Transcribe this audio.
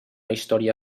història